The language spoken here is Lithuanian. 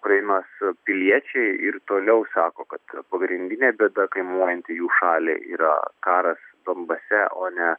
ukrainos piliečiai ir toliau sako kad pagrindinė bėda kainuojanti jų šaliai yra karas donbase o ne